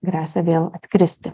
gresia vėl atkristi